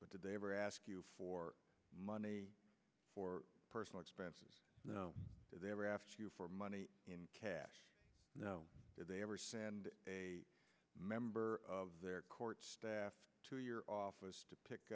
but did they ever ask you for money for personal expenses they were after you for money in cash no did they ever send a member of their court staff to your office to pick